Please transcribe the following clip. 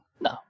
No